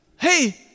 hey